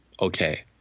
okay